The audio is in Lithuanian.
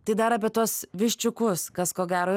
tai dar apie tuos viščiukus kas ko gero